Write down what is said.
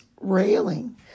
railing